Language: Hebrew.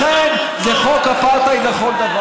ולכן, זה חוק אפרטהייד לכל דבר.